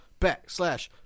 Backslash